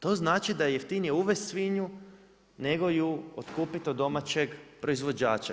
To znači da je jeftinije uvesti svinju nego ju otkupiti od domaćeg proizvođača.